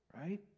right